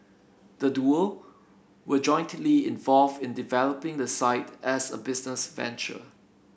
the duo were jointly involved in developing the site as a business venture